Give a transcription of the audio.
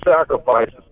sacrifices